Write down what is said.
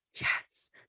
yes